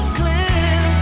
clear